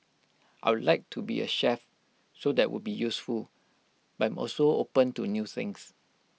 I'd like to be A chef so that would be useful but I'm also open to new things